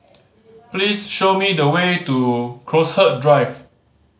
please show me the way to Crowhurst Drive